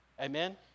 Amen